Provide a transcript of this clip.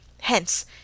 Hence